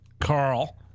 Carl